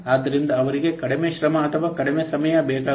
ಆದ್ದರಿಂದ ಅವರಿಗೆ ಕಡಿಮೆ ಶ್ರಮ ಅಥವಾ ಕಡಿಮೆ ಸಮಯ ಬೇಕಾಗುತ್ತದೆ